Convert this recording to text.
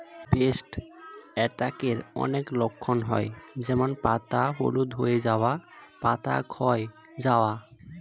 paste অ্যাটাকের অনেক লক্ষণ হয় যেমন পাতা হলুদ হয়ে যাওয়া, পাতা ক্ষয় যাওয়া